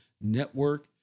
network